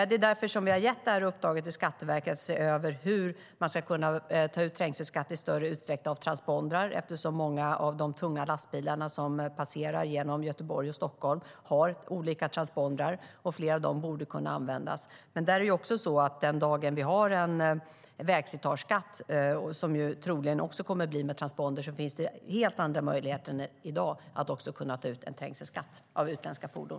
Det är därför vi har gett Skatteverket i uppdrag att se över hur man ska kunna ta ut trängselskatter över transpondrar, eftersom många av de tunga lastbilar som passerar genom Göteborg och Stockholm har olika typer av transpondrar, och fler av dem borde kunna användas. Den dagen vi har en vägslitageskatt, som troligen kommer att tas ut via transponder, finns det dock helt andra möjligheter än i dag att också kunna ta ut en trängselskatt av utländska fordon.